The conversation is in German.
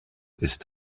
ist